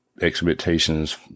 Expectations